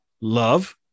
Love